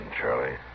Charlie